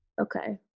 Okay